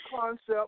concept